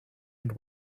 and